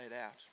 out